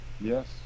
Yes